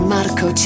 Marco